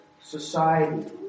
society